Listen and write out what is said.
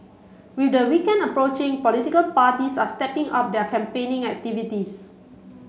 with the weekend approaching political parties are stepping up their campaigning activities